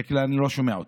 בדרך כלל אני לא שומע אותו.